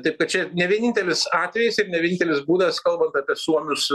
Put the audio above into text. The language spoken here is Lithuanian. taip kad čia ne vienintelis atvejis ir ne vienintelis būdas kalbant apie suomius